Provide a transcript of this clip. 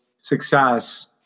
success